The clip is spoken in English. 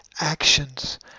Actions